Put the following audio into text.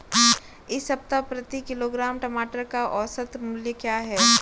इस सप्ताह प्रति किलोग्राम टमाटर का औसत मूल्य क्या है?